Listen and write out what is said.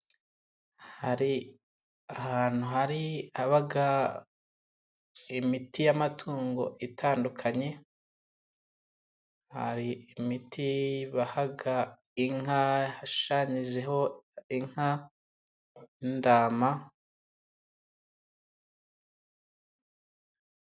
Hari ahantu haba imiti y'amatungo itandukanye, hari imiti baha inka ishushanyijeho inka, intama.